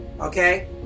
okay